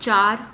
चार